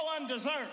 undeserved